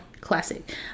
classic